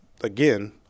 again